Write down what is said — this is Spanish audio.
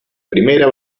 primera